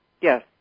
Yes